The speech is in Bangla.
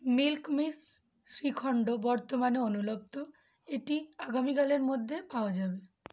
মিল্ক মিস্ট শ্রীখন্ড বর্তমানে অনুপ্লব্ধ এটি আগামীকালের মধ্যে পাওয়া যাবে